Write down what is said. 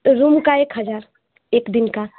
room का एक हज़ार एक दिन का